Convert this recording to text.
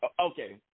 Okay